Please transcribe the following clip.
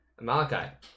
Malachi